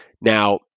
Now